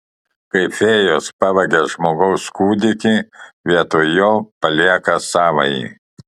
kai fėjos pavagia žmogaus kūdikį vietoj jo palieka savąjį